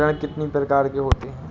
ऋण कितनी प्रकार के होते हैं?